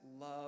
love